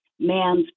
man's